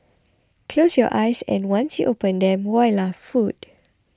close your eyes and once you open them voila food